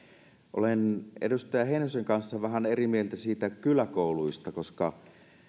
olen edustaja heinosen kanssa vähän eri mieltä kyläkouluista koska